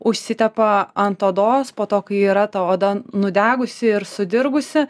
užsitepa ant odos po to kai yra ta oda nudegusi ir sudirgusi